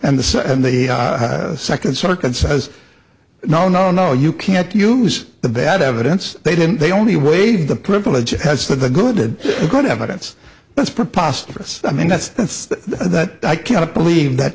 and the second the second circuit says no no no you can't use the bad evidence they didn't they only waived the privilege as to the good good evidence that's preposterous i mean that's that i can't believe that